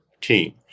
team